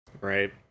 Right